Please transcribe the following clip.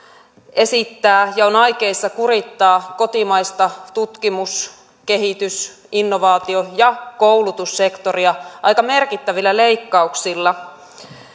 esittää ja on aikeissa kurittaa kotimaista tutkimus kehitys innovaatio ja koulutussektoria aika merkittävillä leikkauksilla